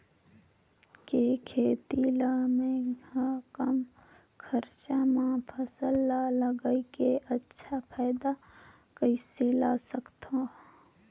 के खेती ला मै ह कम खरचा मा फसल ला लगई के अच्छा फायदा कइसे ला सकथव?